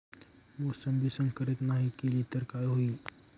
मोसंबी संकरित नाही केली तर काय होईल?